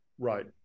Right